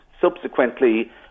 subsequently